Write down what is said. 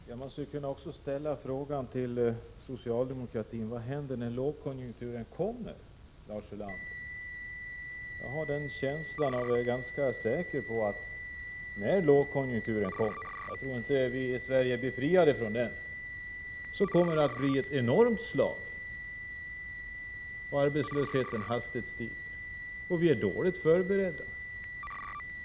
Herr talman! Man skulle kunna ställa frågan till socialdemokratin: Vad händer när lågkonjunkturen kommer, Lars Ulander? Jag tror inte att vi i Sverige är befriade från den. Jag är ganska säker på att det kommer att bli ett enormt slag när lågkonjunkturen kommer. Arbetslösheten kommer hastigt . att stiga. Vi är dåligt förberedda.